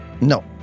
No